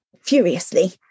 furiously